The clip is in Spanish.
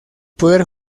poder